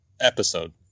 episode